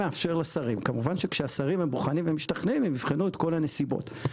כמובן כשהשרים בוחנים ומשתכנעים והם יבחנו את כל הנסיבות,